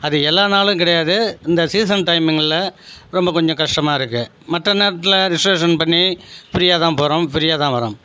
அது எல்லா நாள் கிடையாது இந்த சீசன் ஸ் டயமிங்கில் ரொம்ப கொஞ்ச கஷ்டமாக இருக்குது மற்ற நேரத்தில் ரிசெர்வேஷன் பண்ணி ஃப்ரீயாக தான் போகிறோம் ஃப்ரீயாக தான் வரோம்